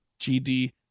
GD